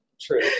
True